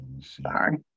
sorry